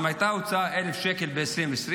אם הייתה הוצאה של 1,000 שקל ב-2020,